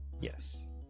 Yes